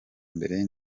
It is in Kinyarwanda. mbere